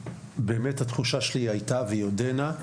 התחושה שלי הייתה, והיא עודנה,